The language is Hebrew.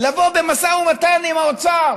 לבוא במשא ומתן עם האוצר